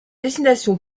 destination